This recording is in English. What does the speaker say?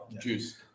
juice